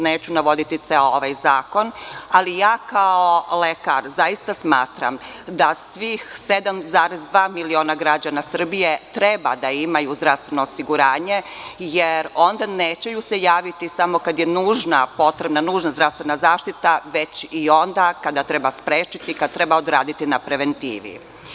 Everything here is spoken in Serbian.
Neću navoditi ceo ovaj zakon, ali kao lekar zaista smatram da svih 7,2 miliona građana Srbije treba da imaju zdravstveno osiguranje, jer onda neće se javiti samo kad je potrebna nužna zdravstvena zaštita, već i onda kada treba sprečiti, kada treba odraditi na preventivi.